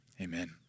Amen